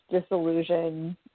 disillusion